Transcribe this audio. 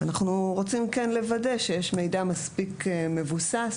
אנחנו כן רוצים לוודא שיש מידע מספיק מבוסס,